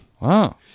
Wow